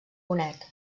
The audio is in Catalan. bonet